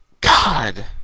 god